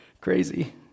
Crazy